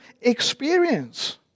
experience